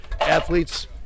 athletes